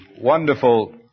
wonderful